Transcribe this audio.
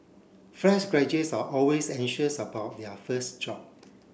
fresh graduates are always anxious about their first job